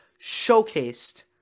showcased